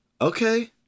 Okay